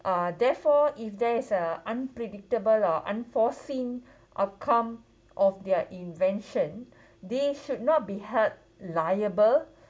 uh therefore if there is a unpredictable or unforeseen outcome of their invention they should not be held liable